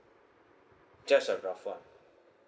just a rough [one]